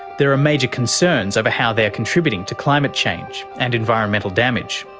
there are major concerns over how they are contributing to climate change and environmental damage.